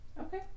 Okay